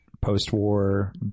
post-war